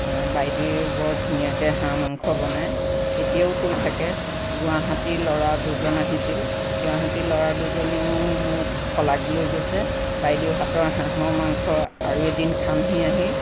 বাইদেৱে বৰ ধুনীয়াকৈ হাঁহ মাংস বনায় এতিয়াও কৈ থাকে গুৱাহাটীৰ ল'ৰা দুজন আহিছিল গুৱাহাটীৰ ল'ৰা দুজনেও মোক শলাগ লৈ গৈছে বাইদেউৰ হাতৰ হাঁহৰ মাংস আৰু এদিন খামহি আহি